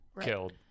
killed